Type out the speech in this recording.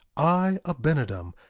i, abinadom,